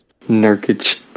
Nurkic